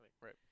Right